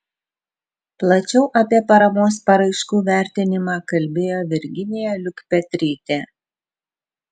plačiau apie paramos paraiškų vertinimą kalbėjo virginija liukpetrytė